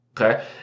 Okay